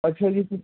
ਅੱਛਾ ਜੀ